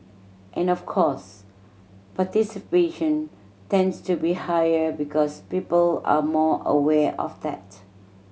and of course participation tends to be higher because people are more aware of that